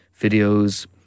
videos